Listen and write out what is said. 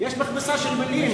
יש מכבסה של מלים.